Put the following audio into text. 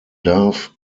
darf